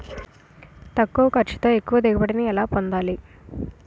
తక్కువ ఖర్చుతో ఎక్కువ దిగుబడి ని ఎలా పొందాలీ?